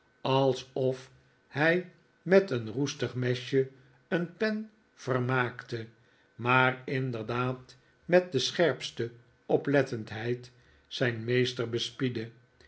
hield alsof'hij met een roestig mesje een pen vermaakte maar inderdaad met de scherpste oplettendheid zijn meester